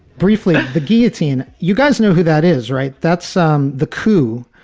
briefly, the guillotine. you guys know who that is, right? that's um the coup,